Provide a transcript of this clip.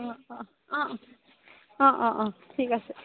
অঁ অঁ অঁ অঁ অঁ অঁ ঠিক আছে